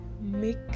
make